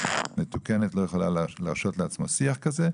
מתוקנת לא יכולה להרשות לעצמה שיח כזה.